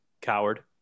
coward